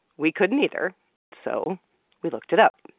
we couldn't either and so we looked it up.